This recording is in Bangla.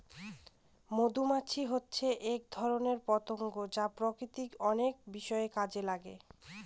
মধুমাছি হচ্ছে এক ধরনের পতঙ্গ যা প্রকৃতির অনেক বিষয়ে কাজে লাগে